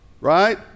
right